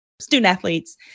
student-athletes